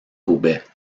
roubaix